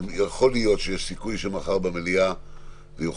יכול להיות שיש סיכוי שמחר במליאה הצעת